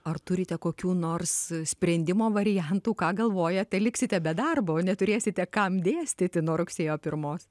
ar turite kokių nors sprendimo variantų ką galvojate liksite be darbo neturėsite kam dėstyti nuo rugsėjo pirmos